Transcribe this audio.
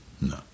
No